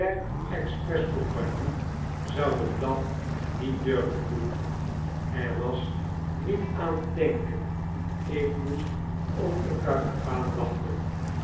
der express-compagnie zouden dat niet durven doen er was niet aan te denken ik moest op de karavaan wachten